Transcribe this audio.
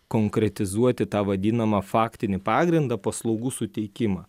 konkretizuoti tą vadinamą faktinį pagrindą paslaugų suteikimą